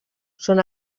són